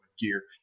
gear